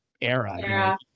era